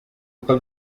uko